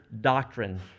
doctrine